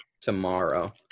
tomorrow